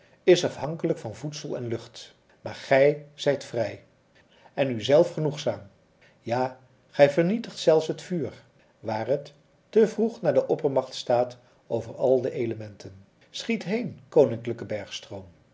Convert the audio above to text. is afhankelijk van voedsel en lucht maar gij zijt vrij en u zelf genoegzaam ja gij vernietigt zelfs het vuur waar het te vroeg naar de oppermacht staat over al de elementen schiet heen koninklijke